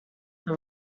that